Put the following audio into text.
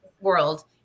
world